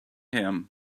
him